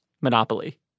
Monopoly